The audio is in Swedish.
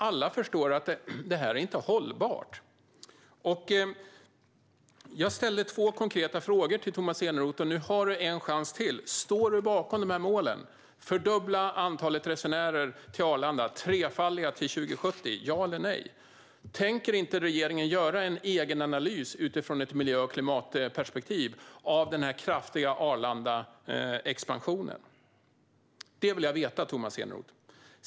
Alla förstår att detta inte är hållbart. Jag ställde två konkreta frågor till dig, Tomas Eneroth. Nu har du en chans till: Står du bakom målen att fördubbla antalet resenärer till Arlanda och att trefaldiga det till 2070 - ja eller nej? Tänker inte regeringen göra en egen analys utifrån ett miljö och klimatperspektiv av den kraftiga Arlandaexpansionen? Det vill jag veta, Tomas Eneroth.